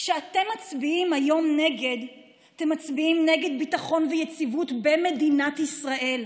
כשאתם מצביעים היום נגד אתם מצביעים נגד ביטחון ויציבות במדינת ישראל,